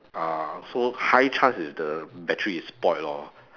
ah so high chance is the battery is spoilt lor